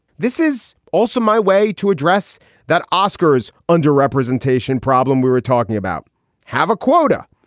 this is also my way to address that. oskar's underrepresentation problem we were talking about have a quota.